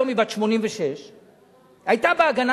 היום היא בת 86. היתה ב"הגנה",